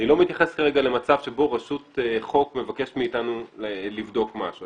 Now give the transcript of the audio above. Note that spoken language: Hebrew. אני לא מתייחס כרגע למצב שבו רשות חוק מבקשת מאתנו לבדוק משהו,